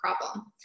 problem